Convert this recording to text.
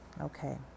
Okay